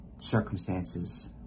circumstances